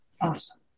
Awesome